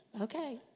Okay